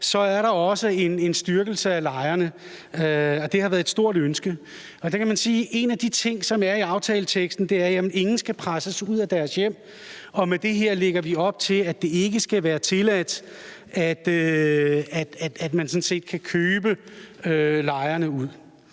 i det her, også en styrkelse af lejerne, og det har været et stort ønske. Der kan man sige, at en af de ting, som er i aftaleteksten, er, at ingen skal presses ud af deres hjem. Og med det her lægger vi op til, at det ikke skal være tilladt, at man sådan set kan købe lejerne ud.